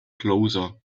closer